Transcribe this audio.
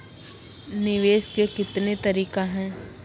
निवेश के कितने तरीका हैं?